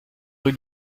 rue